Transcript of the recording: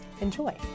Enjoy